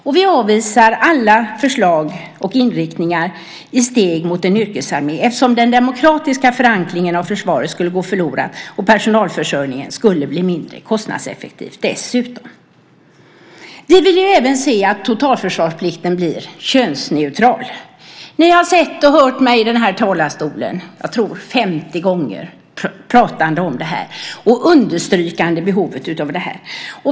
Och vi avvisar alla förslag och inriktningar i steg mot en yrkesarmé eftersom den demokratiska förankringen i försvaret skulle gå förlorad och personalförsörjningen dessutom skulle bli mindre kostnadseffektiv. Vi vill även se att totalförsvarsplikten blir könsneutral. Ni har sett och hört mig i den här talarstolen - jag tror att det är 50 gånger - då jag har talat om och understrukit behovet av detta.